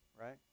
right